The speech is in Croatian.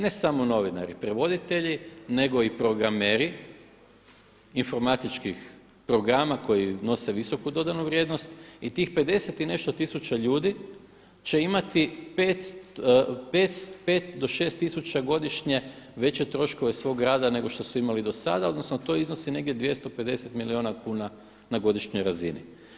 Ne samo novinari, prevoditelji, nego i programeri informatičkih programa koji nose visoku dodanu vrijednost i tih 50 i nešto tisuća ljudi će imati 5 do 6 tisuća godišnje svog rada nego što su imali do sada, odnosno to iznosi negdje 250 milijuna kuna na godišnjoj razini.